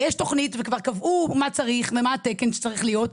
יש תוכנית וכבר קבעו מה צריך ומה התקן שצריך להיות,